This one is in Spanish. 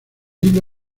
hilo